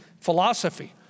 philosophy